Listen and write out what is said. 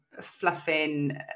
fluffing